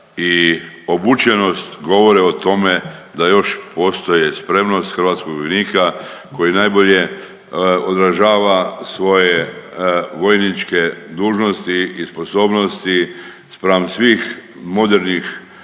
obučenost govore o tome da još postoje spremnost hrvatskog vojnika koji najbolje odražava svoje vojničke dužnosti i sposobnosti spram svih modernih